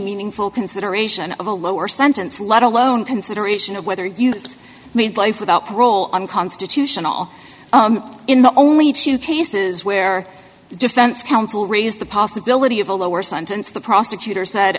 meaningful consideration of a lower sentence let alone consideration of whether you made life without parole unconstitutional in the only two cases where defense counsel raised the possibility of a lower sentence the prosecutor said